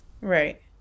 right